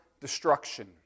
destruction